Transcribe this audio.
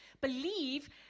believe